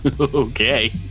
Okay